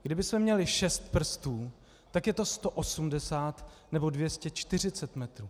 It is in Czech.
Kdybychom měli šest prstů, tak je to 180 nebo 240 metrů.